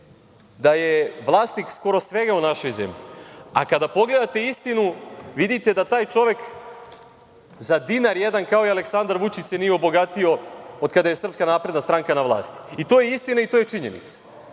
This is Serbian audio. da je vlasnik skoro svega u našoj zemlji, a kada pogledate istinu vidite da taj čovek za dinar jedan, kao i Aleksandar Vučić, se nije obogatio od kada je SNS na vlasti i to je istina, i to je činjenica.Međutim,